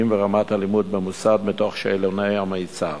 ורמת הלימוד במוסד בתוך שאלוני המיצ"ב.